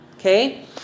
Okay